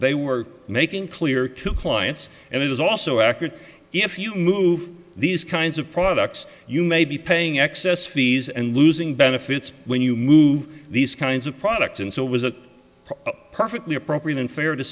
they were making clear to clients and it is also accurate if you move these kinds of products you may be paying excess fees and losing benefits when you move these kinds of products and so it was a perfectly appropriate and fair to